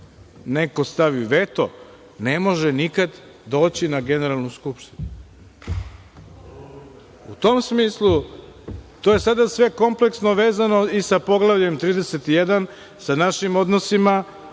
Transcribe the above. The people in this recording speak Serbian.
neko stavi veto, ne može nikad doći na Generalnu skupštinu. U tom smislu, to je sada sve kompleksno vezano i sa Poglavljem 31, sa našim odnosima.